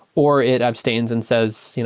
or it abstains and says,